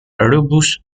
rubus